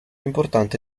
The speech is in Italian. importante